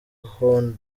hon